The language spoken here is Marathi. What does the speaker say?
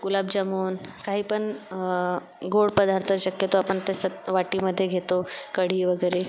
गुलाबजामून काही पण गोड पदार्थ शक्यतो आपण ते सग वाटीमध्ये घेतो कढी वगैरे